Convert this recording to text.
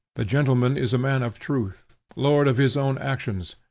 the gentleman is a man of truth, lord of his own actions,